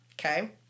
Okay